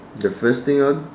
the first thing I'd